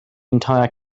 entire